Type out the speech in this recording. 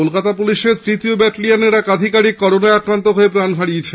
কলকাতা পুলিশের তৃতীয় ব্যাটেলিয়নের এক আধিকারিক করোনায় আক্রান্ত হয়ে প্রাণ হারিয়েছেন